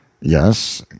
Yes